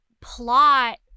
plot